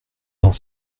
dans